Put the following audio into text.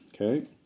Okay